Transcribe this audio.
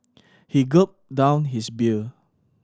he gulped down his beer